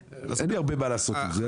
אין לי הרבה מה לעשות עם זה.